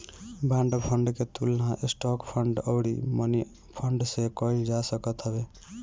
bond fund के तुलना stock fund अउरी मनीफंड से कईल जा सकत हवे